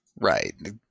Right